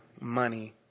money